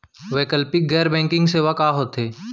वैकल्पिक गैर बैंकिंग सेवा का होथे?